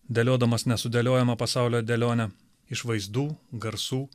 dėliodamas nesudėliojomą pasaulio dėlionę iš vaizdų garsų